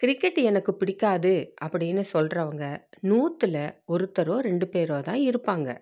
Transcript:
cricket எனக்கு பிடிக்காது அப்படின்னு சொல்கிறவங்க நூற்றில் ஒருத்தரோ ரெண்டுப் பேரோ தான் இருப்பாங்க